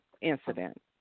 incident